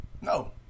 No